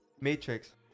Matrix